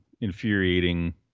infuriating